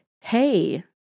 hey –